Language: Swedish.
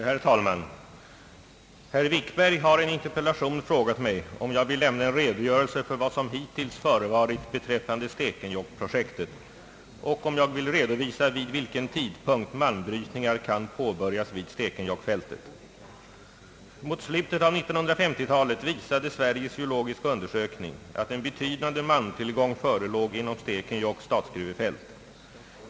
Herr talman! Herr Wikberg har i en interpellation frågat om jag vill lämna en redogörelse för vad som hittills förevarit beträffande stekenjokkprojektet och om jag vill redovisa vid vilken tidpunkt malmbrytningar kan påbörjas vid Stekenjokkfältet. Mot slutet av 1950-talet visade Sveriges geologiska undersökning att en betydande malmtillgång förelåg inom Stekenjokks statsgruvefält.